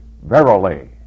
verily